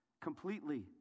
completely